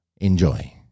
enjoy